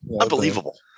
unbelievable